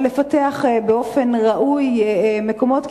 לפתח באופן ראוי מקומות,